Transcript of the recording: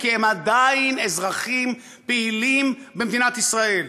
כי הם עדיין אזרחים פעילים במדינת ישראל,